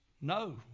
No